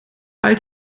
uit